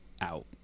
out